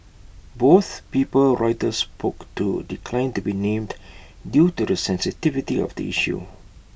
both people Reuters spoke to declined to be named due to the sensitivity of the issue